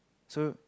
so